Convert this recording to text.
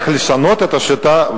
איך לשנות את השיטה,